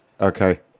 Okay